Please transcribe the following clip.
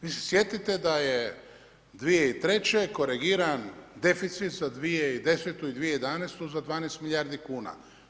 Vi se sjetite da je 2003. korigiran deficit za 2010. i 2011. za 12 milijardi kuna.